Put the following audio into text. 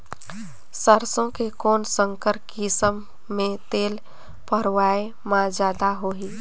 सरसो के कौन संकर किसम मे तेल पेरावाय म जादा होही?